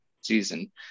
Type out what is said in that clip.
season